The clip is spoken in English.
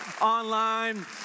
online